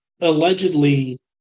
allegedly